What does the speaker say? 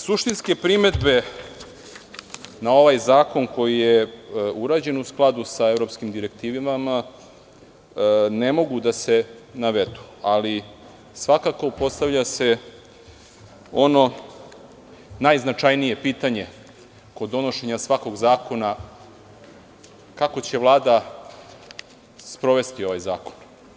Suštinske primedbe na ovaj zakon koji je urađen u skladu sa evropskim direktivama ne mogu da se navedu, ali svakako postavlja se ono najznačajnije pitanje kod donošenja svakog zakona - kako će Vlada sprovesti ovaj zakon?